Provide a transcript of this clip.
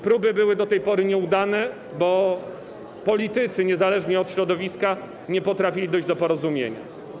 Próby były do tej pory nieudane, bo politycy, niezależnie od środowiska, nie potrafili dojść do porozumienia.